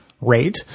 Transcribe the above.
rate